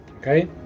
Okay